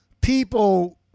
people